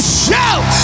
shout